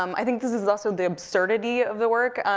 um i think this is also the absurdity of the work.